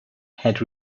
had